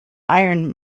iron